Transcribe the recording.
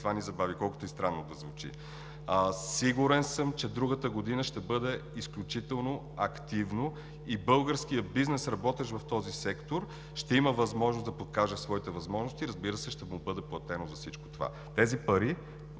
това ни забави, колкото и странно да звучи. Сигурен съм, че другата година ще бъде изключително активна и българският бизнес, работещ в този сектор, ще може да покаже своите възможности. Разбира се, ще му бъде платено за всичко това, но тези пари